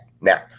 now